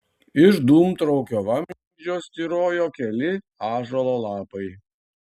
iš dūmtraukio vamzdžio styrojo keli ąžuolo lapai